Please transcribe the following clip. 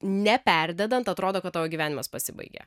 neperdedant atrodo kad tavo gyvenimas pasibaigė